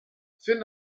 finn